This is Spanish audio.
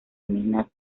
minas